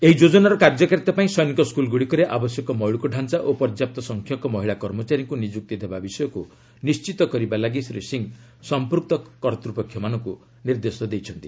ଏହି ଯୋଜନାର କାର୍ଯ୍ୟକାରିତା ପାଇଁ ସୈନିକ ସ୍କୁଲ୍ ଗୁଡ଼ିକରେ ଆବଶ୍ୟକ ମୌଳିକ ଢାଞ୍ଚା ଓ ପର୍ଯ୍ୟାପ୍ତ ସଂଖ୍ୟକ ମହିଳା କର୍ମଚାରୀଙ୍କ ନିଯୁକ୍ତି ଦେବା ବିଷୟକୁ ନିର୍ଣ୍ଣିତ କରିବା ପାଇଁ ଶ୍ରୀ ସିଂହ ସଂପ୍ନକ୍ତ କର୍ତ୍ତୃପକ୍ଷମାନଙ୍କୁ ନିର୍ଦ୍ଦେଶ ଦେଇଛନ୍ତି